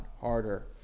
harder